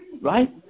Right